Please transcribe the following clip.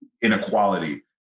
inequality